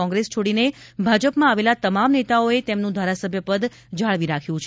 કોંગ્રેસ છોડીને ભાજપમાં આવેલા તમામ નેતાઓએ તેમનું ધારાસભ્યપદ જાળવી રાખ્યું છે